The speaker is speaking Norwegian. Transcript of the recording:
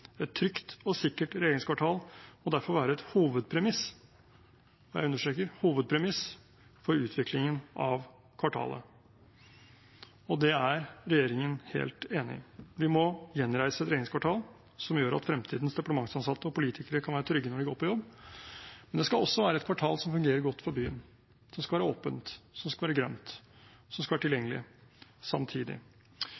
Et trygt og sikkert regjeringskvartal må derfor være et hovedpremiss» – og jeg understreker «hovedpremiss» – «for utviklingen av kvartalet.» Det er regjeringen helt enig i. Vi må gjenreise et regjeringskvartal som gjør at fremtidens departementsansatte og politikere kan være trygge når de går på jobb, men det skal også være et kvartal som fungerer godt for byen – som skal være åpent, som skal være grønt, som skal være